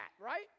right